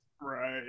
Right